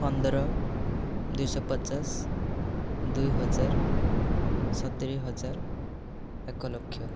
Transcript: ପନ୍ଦର ଦୁଇଶ ପଚାଶ ଦୁଇ ହଜାର ସତୁରି ହଜାର ଏକ ଲକ୍ଷ